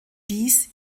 dies